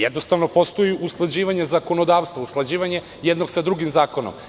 Jednostavno, postoji usklađivanje zakonodavstva, usklađivanje jednog sa drugim zakonom.